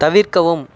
தவிர்க்கவும்